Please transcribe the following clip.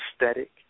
aesthetic